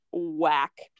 whack